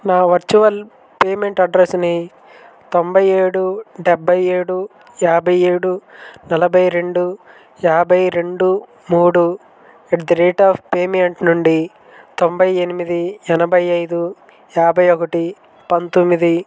నా virtual payment అడ్రసుని తొంభై ఏడు డెబ్బై ఏడు యాభై ఏడు నలభై రెండు యాభై రెండు మూడు at the rate of payment నుండి తొంభై ఎనిమిది ఎనభై ఐదు యాభై ఒకటి పంతొమ్మిది